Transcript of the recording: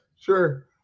Sure